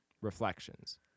reflections